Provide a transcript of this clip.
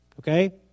okay